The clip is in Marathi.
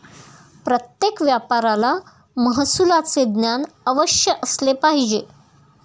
प्रत्येक व्यापाऱ्याला महसुलाचे ज्ञान अवश्य असले पाहिजे